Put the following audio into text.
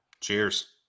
Cheers